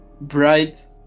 bright